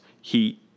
Heat